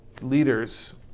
leaders